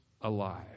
alive